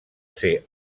ser